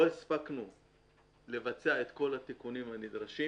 לא הספקנו לבצע את כל התיקונים הנדרשים